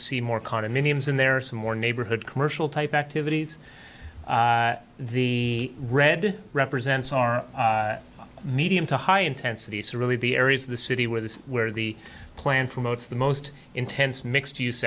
see more condominiums in there some more neighborhood commercial type activities the red represents our medium to high intensity so really the areas of the city where the where the plan promotes the most intense mixed use